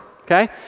okay